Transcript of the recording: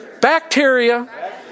bacteria